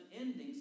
endings